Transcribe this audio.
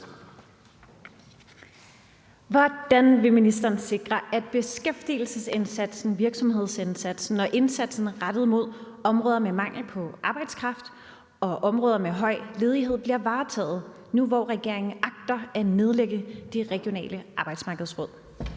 Hvordan vil ministeren sikre, at beskæftigelsesindsatsen, virksomhedsindsatsen og indsatsen rettet mod områder med mangel på arbejdskraft og områder med høj ledighed bliver varetaget nu, hvor regeringen agter at nedlægge de regionale arbejdsmarkedsråd?